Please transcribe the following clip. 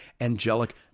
angelic